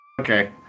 Okay